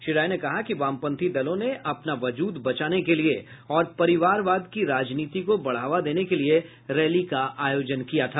श्री राय ने कहा कि वामपंथी दलों ने अपना वजूद बचाने के लिये और परिवारवाद की राजनीति को बढ़ावा देने के लिये रैली का आयोजन किया था